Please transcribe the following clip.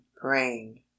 praying